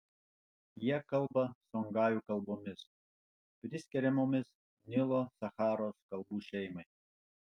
jie kalba songajų kalbomis priskiriamomis nilo sacharos kalbų šeimai